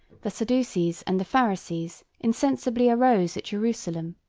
the sadducees and the pharisees, insensibly arose at jerusalem.